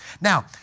Now